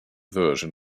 version